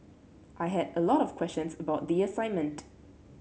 I had a lot of questions about the assignment